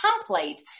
template